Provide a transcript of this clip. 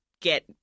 get